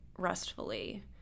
restfully